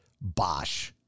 Bosch